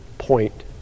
point